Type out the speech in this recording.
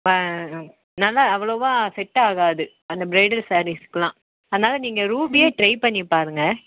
ஆ நல்லா அவ்வளவாக செட்டாகாது அந்த ப்ரைடல் சாரீஸ்கெலாம் அதனால் நீங்கள் ரூபியே ட்ரை பண்ணிப் பாருங்க